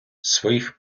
своїх